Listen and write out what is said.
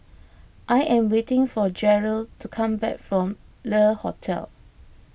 I am waiting for Jered to come back from Le Hotel